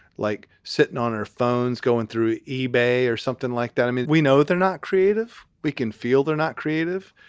like sitting on our phones, going through ebay or something like that. i mean, we know they're not creative. we can feel they're not creative.